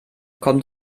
kommt